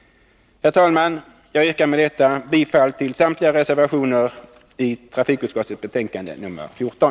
Herr talman! Jag yrkar med detta bifall till samtliga reservationer i trafikutskottets betänkande nr 14.